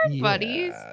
buddies